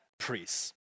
priests